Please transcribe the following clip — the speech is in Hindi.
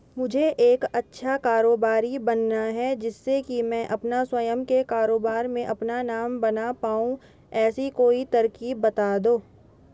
मुझे एक अच्छा कारोबारी बनना है जिससे कि मैं अपना स्वयं के कारोबार में अपना नाम बना पाऊं ऐसी कोई तरकीब पता दो?